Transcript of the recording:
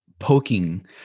poking